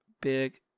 big